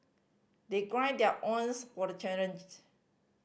they their owns for the challenge